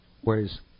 Whereas